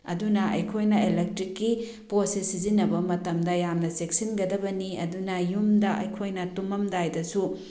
ꯑꯗꯨꯅ ꯑꯩꯈꯣꯏꯅ ꯏꯂꯦꯛꯇ꯭ꯔꯤꯛꯀꯤ ꯄꯣꯠꯁꯦ ꯁꯤꯖꯤꯟꯅꯕ ꯃꯇꯝꯗ ꯌꯥꯝꯅ ꯆꯦꯛꯁꯤꯟꯒꯗꯕꯅꯤ ꯑꯗꯨꯅ ꯌꯨꯝꯗ ꯑꯩꯈꯣꯏꯅ ꯇꯨꯝꯃꯝꯗꯥꯏꯗꯁꯨ